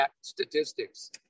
statistics